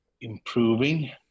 improving